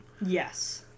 Yes